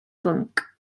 bwnc